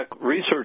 research